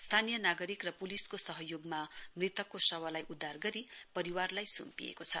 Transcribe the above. स्थानीय नागरिक र पुलिसको सहयोगमा मृतकको शवलाई उद्घार गरी परिवारलाई सुम्पिएको छ